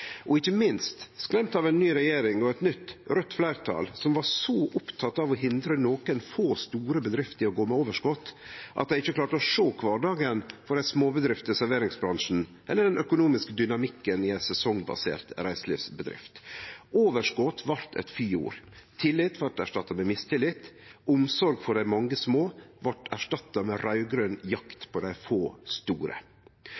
Og dei vart – ikkje minst – skremt av ei ny regjering og eit nytt, raudt fleirtal som var så opptekne av å hindre nokre få store bedrifter i å gå med overskot at dei ikkje klarte å sjå kvardagen for ei småbedrift i serveringsbransjen, eller den økonomiske dynamikken i ei sesongbasert reiselivsbedrift. Overskot vart eit fyord, tillit vart erstatta med mistillit, omsorg for dei mange små vart